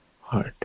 heart